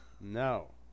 no